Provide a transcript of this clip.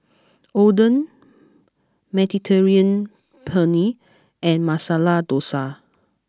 Oden Mediterranean Penne and Masala Dosa